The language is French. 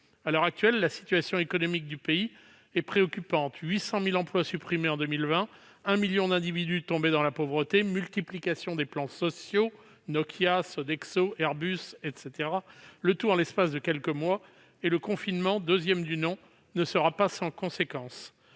À l'heure actuelle, la situation économique du pays est préoccupante. On compte 800 000 emplois supprimés en 2020, un million d'individus tombés dans la pauvreté et une multiplication de plans sociaux- Nokia, Sodexo, Airbus, etc. -, le tout en l'espace de quelques mois. Et le confinement deuxième du nom ne sera pas sans conséquence.